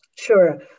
Sure